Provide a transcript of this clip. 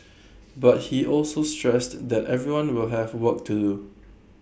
but he also stressed that everyone will have work to do